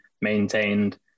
maintained